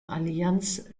allianz